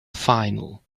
final